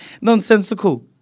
Nonsensical